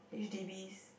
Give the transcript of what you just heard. H_D_Bs